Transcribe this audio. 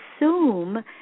assume